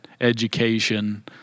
education